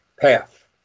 path